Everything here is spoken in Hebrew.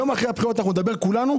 יום אחרי הבחירות נדבר כולנו,